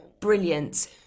brilliant